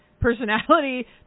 personality